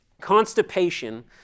constipation